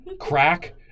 Crack